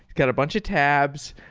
got a bunch of tabs,